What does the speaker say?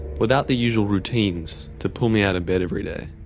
without the usual routines to pull me out of bed every day,